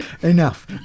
Enough